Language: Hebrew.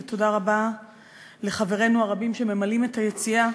ותודה רבה לחברינו הרבים שממלאים את היציע.